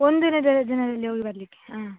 ಒಂದು ದಿನದ ಎರಡು ದಿನದಲ್ಲಿ ಹೋಗಿ ಬರಲಿಕ್ಕೆ ಹಾಂ